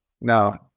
Now